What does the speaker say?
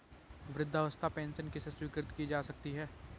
वृद्धावस्था पेंशन किसे स्वीकृत की जा सकती है?